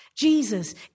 Jesus